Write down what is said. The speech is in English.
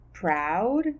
Proud